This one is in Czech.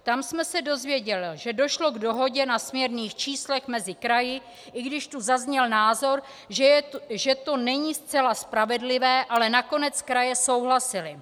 Tam jsme se dozvěděli, že došlo k dohodě na směrných číslech mezi kraji, i když tu zazněl názor, že to není zcela spravedlivé, ale nakonec kraje souhlasily.